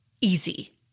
easy